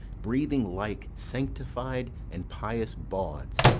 breathing like sanctified and pious bawds,